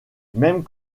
même